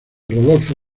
rodolfo